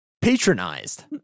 Patronized